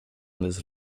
this